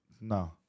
No